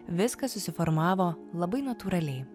viskas susiformavo labai natūraliai